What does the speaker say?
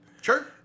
Sure